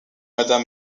mrs